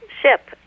ship